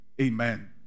Amen